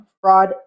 fraud